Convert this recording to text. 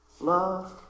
Love